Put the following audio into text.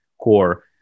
core